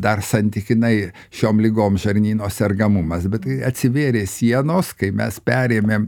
dar santykinai šiom ligom žarnyno sergamumas bet kai atsivėrė sienos kai mes perėmėm